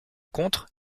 contre